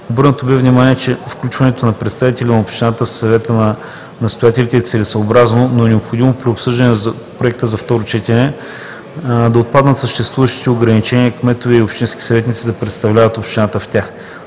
Обърнато бе внимание, че включването на представители на общината в съветите на настоятелите е целесъобразно, но е необходимо при обсъждане на Законопроекта за второ гласуване да отпаднат съществуващите ограничения кметове и общински съветници да представляват общината в тях.